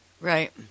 Right